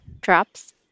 drops